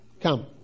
Come